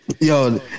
Yo